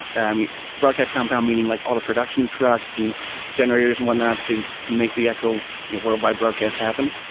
and broadcast countdown, meaning like all the production trucks and generators and whatnot to to make the actual whereby broadcasts happen.